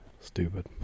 stupid